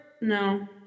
No